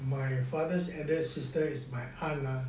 my fathers elder sister is my aunt ah